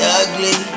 ugly